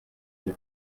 die